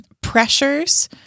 pressures